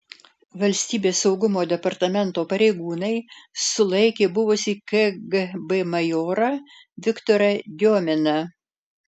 valstybės saugumo departamento pareigūnai sulaikė buvusį kgb majorą viktorą diominą